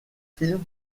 films